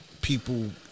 people